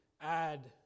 add